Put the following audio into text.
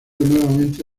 nuevamente